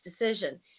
decision